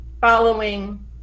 following